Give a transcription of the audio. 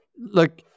look